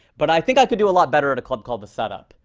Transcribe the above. but i think i could do a lot better at a club called the setup.